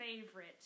favorite